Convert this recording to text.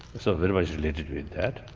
so very much related with that.